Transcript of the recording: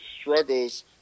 struggles